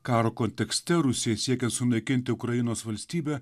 karo kontekste rusija siekia sunaikinti ukrainos valstybę